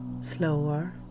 slower